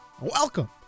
welcome